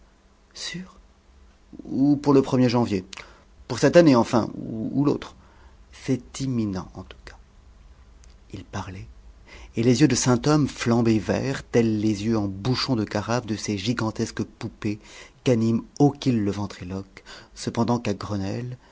sûr ou pour le er janvier pour cette année enfin ou l'autre c'est imminent en tout cas il parlait et les yeux de sainthomme flambaient verts tels les yeux en bouchon de carafe de ces gigantesques poupées qu'anime o'kill le ventriloque cependant qu'à grenelle